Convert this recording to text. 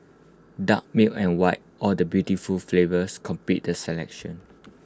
dark milk and white all the beautiful flavours complete the selection